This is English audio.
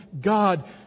God